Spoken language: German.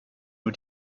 nur